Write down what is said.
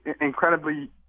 incredibly